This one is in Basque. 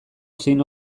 zein